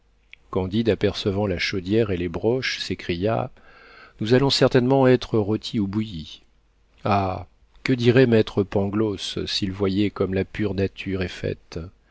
candide apercevant la chaudière et les broches s'écria nous allons certainement être rôtis ou bouillis ah que dirait maître pangloss s'il voyait comme la pure nature est faite